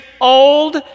old